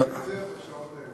מתחילים לקצר בשעות האלה.